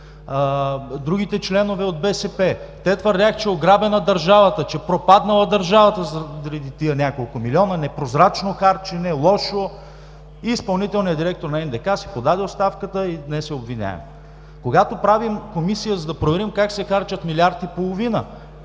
другите членове от БСП. Те твърдяха, че е ограбена държавата, че е пропаднала държавата заради тези няколко милиона, непрозрачно харчене, лошо. Изпълнителният директор на НДК си подаде оставката и днес е обвиняем. Когато правим Комисия, за да проверим как се харчат милиард и половина